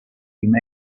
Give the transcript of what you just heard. him